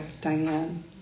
Diane